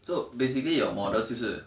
so basically your model 就是